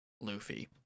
Luffy